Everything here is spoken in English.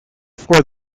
for